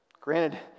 Granted